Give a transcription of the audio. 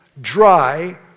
dry